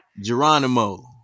Geronimo